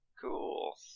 Cool